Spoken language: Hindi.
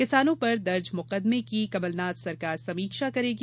किसानो पर दर्ज मुकदमो की कमलनाथ सरकार समीक्षा करेगी